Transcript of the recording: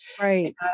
right